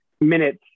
minutes